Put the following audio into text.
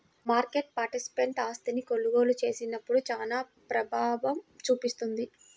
market participant ఆస్తిని కొనుగోలు చేసినప్పుడు చానా ప్రభావం చూపిస్తుంది